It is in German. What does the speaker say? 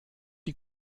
die